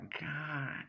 god